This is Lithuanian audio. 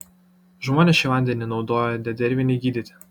žmonės šį vandenį naudoja dedervinei gydyti